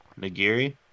Nagiri